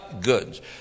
goods